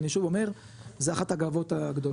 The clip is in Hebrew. ואני שוב אומר זה אחת הגאוות הגדולות.